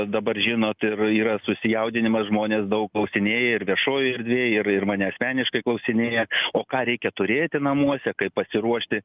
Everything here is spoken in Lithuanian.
dabar žinot ir yra susijaudinimas žmonės daug klausinėja ir viešojoj erdvėj ir ir mane asmeniškai klausinėja o ką reikia turėti namuose kaip pasiruošti